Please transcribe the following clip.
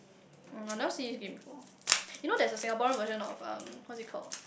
mm I never see this game before you know there's a Singaporean version of um what is it called